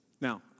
Now